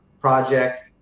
project